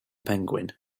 penguin